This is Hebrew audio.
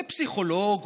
לפסיכולוג,